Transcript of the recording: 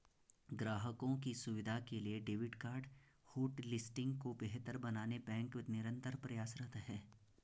ग्राहकों की सुविधा के लिए डेबिट कार्ड होटलिस्टिंग को बेहतर बनाने बैंक निरंतर प्रयासरत है